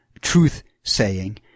truth-saying